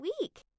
week